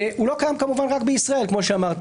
שהוא לא קיים כמובן רק בישראל, כמו שאמרתי.